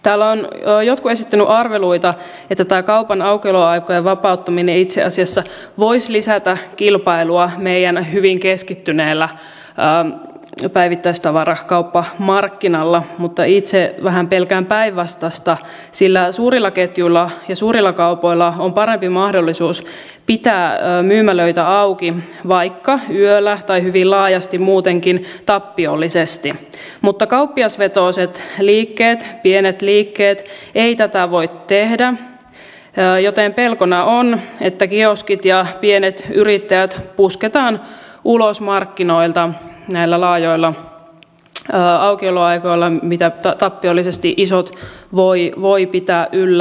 täällä ovat jotkut esittäneet arveluita että tämä kaupan aukioloaikojen vapauttaminen itse asiassa voisi lisätä kilpailua meidän hyvin keskittyneellä päivittäistavarakauppamarkkinalla mutta itse vähän pelkään päinvastaista sillä suurilla ketjuilla ja suurilla kaupoilla on parempi mahdollisuus pitää myymälöitä auki vaikka yöllä tai hyvin laajasti muutenkin tappiollisesti mutta kauppiasvetoiset liikkeet pienet liikkeet eivät tätä voi tehdä joten pelkona on että kioskit ja pienet yrittäjät pusketaan ulos markkinoilta näillä laajoilla aukioloajoilla mitä tappiollisesti isot voivat pitää yllä